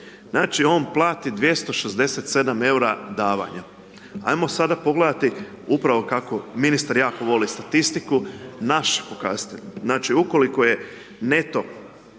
Znači on plati 267 eura davanja. Ajmo sada pogledati upravo kako ministar jako voli statistiku, naš pokazatelj. Znači ukoliko je neto